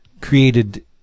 created